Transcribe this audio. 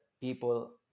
people